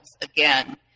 again